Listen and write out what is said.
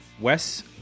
Wes